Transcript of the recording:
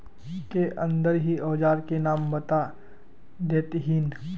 के अंदर ही औजार के नाम बता देतहिन?